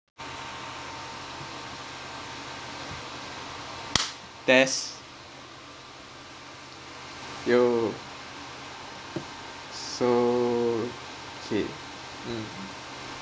test yo so okay mm